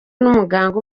n’umuganga